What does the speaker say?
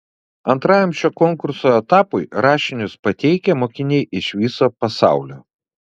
antrajam šio konkurso etapui rašinius pateikia mokiniai iš viso pasaulio